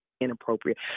inappropriate